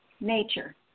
nature